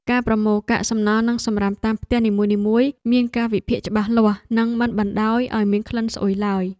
ការប្រមូលកាកសំណល់និងសំរាមតាមផ្ទះនីមួយៗមានកាលវិភាគច្បាស់លាស់និងមិនបណ្តោយឱ្យមានក្លិនស្អុយឡើយ។